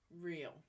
real